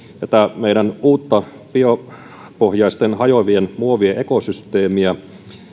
tätä meidän uutta biopohjaisten hajoavien muovien ekosysteemiämme